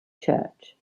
church